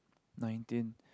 nineteen